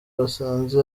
basanze